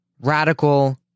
radical